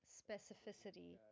specificity